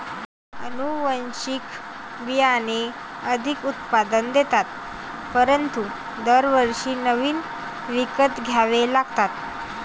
अनुवांशिक बियाणे अधिक उत्पादन देतात परंतु दरवर्षी नवीन विकत घ्यावे लागतात